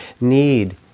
need